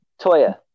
Toya